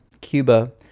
Cuba